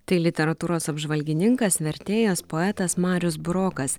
tai literatūros apžvalgininkas vertėjas poetas marius burokas